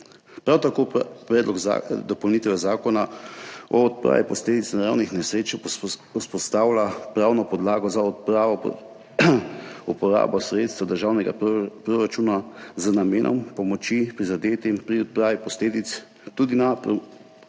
Prav tako pa predlog dopolnitve Zakona o odpravi posledic naravnih nesreč vzpostavlja pravno podlago za uporabo sredstev državnega proračuna z namenom pomoči prizadetim pri odpravi posledic tudi na predmetni